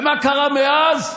ומה קרה מאז,